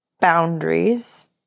boundaries